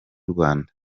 rwanda